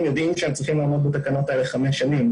יודעים שהם צריכים לעמוד בתקנות האלה חמש שנים.